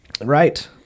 Right